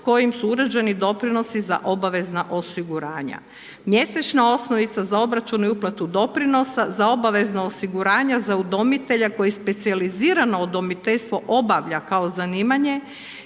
kojim su uređeni doprinosi za obavezna osiguranja. Mjesečna osnovica za obračun ili uplatu doprinosa za obvezno osiguranja za udomitelja koji specijalizirano udomiteljstvo obavlja kao zanimanje